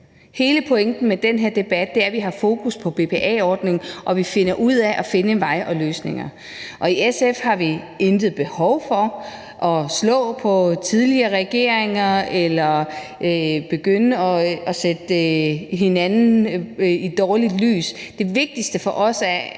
Hele pointen med den her debat er, at vi har fokus på BPA-ordningen, og at vi finder ud af at finde en vej og nogle løsninger. I SF har vi intet behov for at slå på tidligere regeringer eller begynde at sætte hinanden i et dårligt lys. Det vigtigste for os i